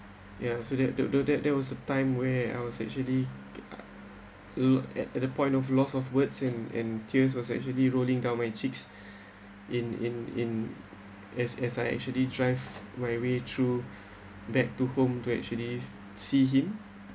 ya so that there there there was a time where I was actually l~ at to the point of loss of words and and tears was actually rolling down my cheeks in in in as as I actually drive my way through back to home to actually see him